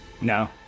No